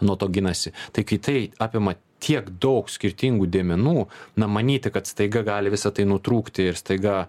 nuo to ginasi tai kai tai apima tiek daug skirtingų dėmenų na manyti kad staiga gali visa tai nutrūkti ir staiga